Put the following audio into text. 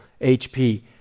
HP